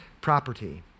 property